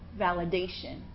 Validation